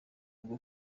rwo